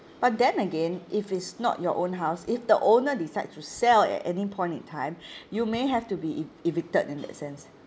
but then again if it's not your own house if the owner decides to sell at any point in time you may have to be e~ evicted in that sense